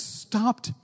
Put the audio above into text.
stopped